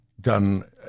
done